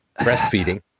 breastfeeding